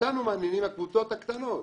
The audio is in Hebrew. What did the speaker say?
הקבוצות הקטנות.